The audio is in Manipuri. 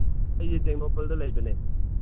ꯑꯩꯁꯦ ꯇꯦꯡꯅꯧꯄꯜꯗ ꯂꯩꯕꯅꯦ